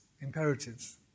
imperatives